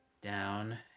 Down